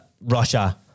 Russia